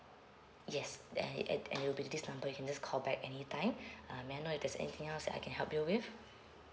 yes then it at and you'll be this number you can just call back anytime uh may I know if there's anything else that I can help you with